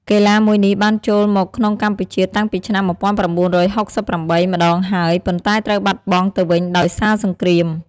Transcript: កីឡាមួយនេះបានចូលមកក្នុងកម្ពុជាតាំងពីឆ្នាំ១៩៦៨ ម្ដងហើយ ប៉ុន្តែត្រូវបាត់បង់ទៅវិញដោយសារសង្គ្រាម ។